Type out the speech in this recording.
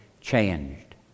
changed